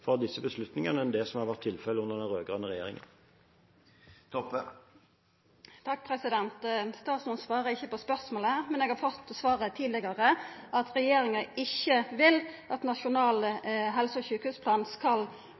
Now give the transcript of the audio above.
enn det som har vært tilfellet under den rød-grønne regjeringen. Statsråden svarar ikkje på spørsmålet, men eg har fått svaret tidlegare: Regjeringa vil ikkje at ein nasjonal helse- og sjukehusplan skal